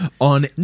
on